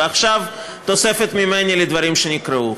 ועכשיו תוספת ממני לדברים שנקראו.